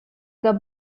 got